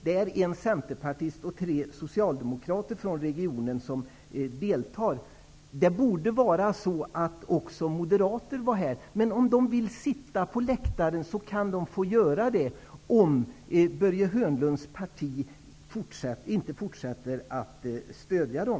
Det är en centerpartist och tre socialdemokrater från regionen som i dag deltar i debatten. Också moderater borde vara här. Men om de vill sitta på läktaren kan de få göra det, bara Börje Hörnlunds parti inte fortsätter att stödja dem.